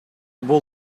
бул